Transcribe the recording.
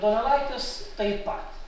donelaitis taip pat